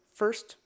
first